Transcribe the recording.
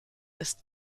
ist